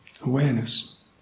awareness